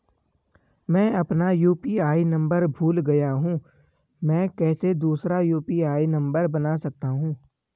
मैं अपना UPI number भूल गया हूँ मैं कैसे दूसरा यु.पी.आई नम्बर बना सकता हूँ?